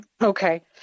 okay